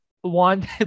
one